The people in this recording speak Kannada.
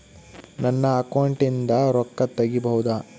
ನನ್ನ ಅಕೌಂಟಿಂದ ರೊಕ್ಕ ತಗಿಬಹುದಾ?